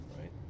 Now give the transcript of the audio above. Right